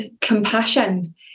compassion